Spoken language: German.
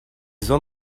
soll